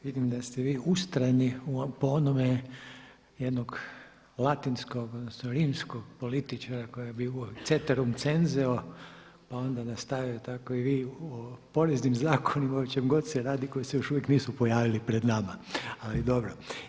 Vidim da ste vi ustrajni po onome jednog latinskog odnosno rimskog političara Ceterum Censeo pa onda nastavio tako i vi o poreznim zakonima, o čemu god se radi, koji se još uvijek nisu pojavili pred nama, ali dobro.